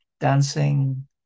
dancing